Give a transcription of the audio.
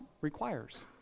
requires